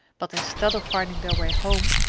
but instead of finding their way home,